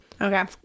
Okay